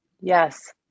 Yes